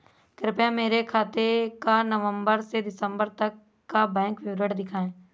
कृपया मेरे खाते का नवम्बर से दिसम्बर तक का बैंक विवरण दिखाएं?